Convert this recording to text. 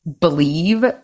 believe